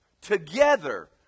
Together